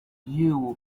you